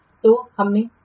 तो हमने क्या देखा है